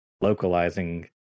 localizing